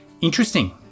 interesting